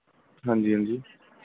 ਹਾਂਜੀ ਹਾਂਜੀ